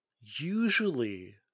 Usually